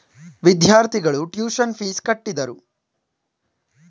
ವಿದ್ಯಾರ್ಥಿಗಳು tuition fees ಕಟ್ಟಿದರು